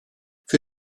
für